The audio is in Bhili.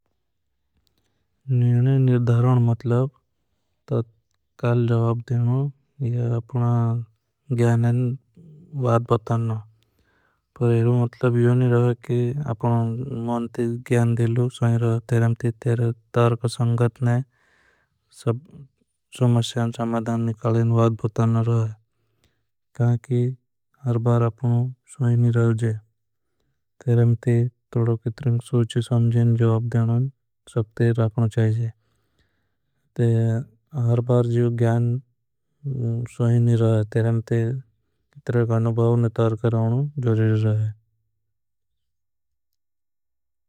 निणय निर्धरण मतलब ततकाल जवाब देनों ये अपना। ग्यानन वाद बतानों इरो मतलब यो। नहीं रहा है कि अपना मौनती ग्यान देलों सोई रहा है ते। तरक संगतने समस्यान समधान। निकलेन वाद बतान रहा है कि हर बार अपनों सोई नहीं। रहा है सब ते तोड़ो कितरें सोची समझेन जवाब देनों। सक्ते रखना चाहिए हर बार जिए ग्यान सोई नहीं रहा है। ते कितरें ग्यानन बहुत नितार कराओनों। जोरिज़र रहा है।